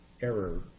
error